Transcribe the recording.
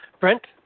Brent